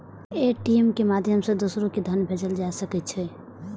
ATM के माध्यम सं दोसरो कें धन भेजल जा सकै छै